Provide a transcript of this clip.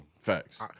Facts